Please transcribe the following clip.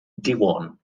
devon